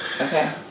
Okay